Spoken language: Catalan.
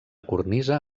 cornisa